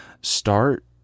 start